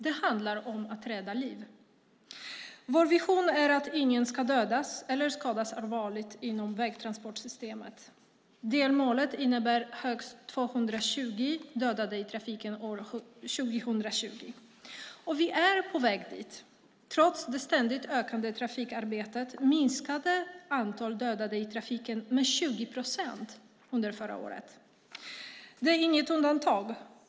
Det handlar om att rädda liv. Vår vision är att ingen ska dödas eller skadas allvarligt inom vägtransportsystemet. Delmålet innebär högst 220 dödade i trafiken år 2020. Och vi är på väg dit. Tack vare det ständigt ökande trafikarbetet minskade antalet dödade i trafiken med 20 procent under förra året. Det är inget undantag.